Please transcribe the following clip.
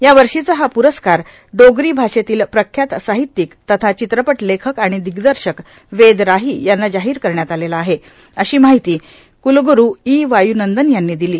या वर्षाचा हा प्रस्कार डोगरो भाषेतील प्रख्यात सर्राहत्यिक तथा चित्रपट लेखक आर्गण दिग्दशक वेद राही यांना जाहीर करण्यात आलेला आहे अशी मार्गाहती कुलगुरू ई वायूनंदन यांनी र्दला